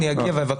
אני אגיע לזה.